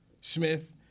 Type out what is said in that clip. Smith